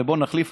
ובוא נחליף,